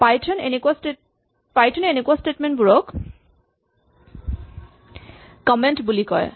Python এ এনেকুৱা statement বোৰক কমেন্ট বুলি কয়